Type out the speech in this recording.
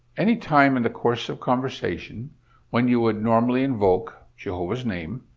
any time in the course of conversation when you would normally invoke jehovah's name,